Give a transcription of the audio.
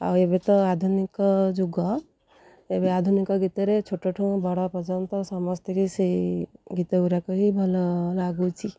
ଆଉ ଏବେ ତ ଆଧୁନିକ ଯୁଗ ଏବେ ଆଧୁନିକ ଗୀତରେ ଛୋଟଠୁ ବଡ଼ ପର୍ଯ୍ୟନ୍ତ ସମସ୍ତଙ୍କୁ ସେହି ଗୀତଗୁଡ଼ିକ ହିଁ ଭଲ ଲାଗୁଛି